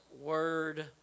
word